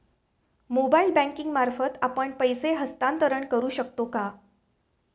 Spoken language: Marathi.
मोबाइल बँकिंग मार्फत आपण पैसे हस्तांतरण करू शकतो का?